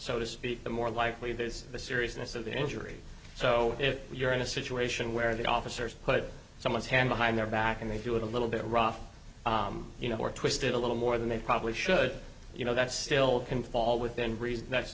so to speak the more likely there is the seriousness of the injury so if you're in a situation where the officers put someone's hand behind their back and they do it a little bit rough you know or twisted a little more than they probably should you know that still can fall within reason that